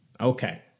Okay